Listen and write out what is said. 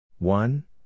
One